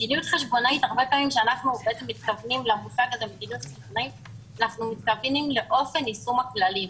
במושג מדיניות חשבונאית אנחנו מתכוונים הרבה פעמים לאופן הסכום הכללים.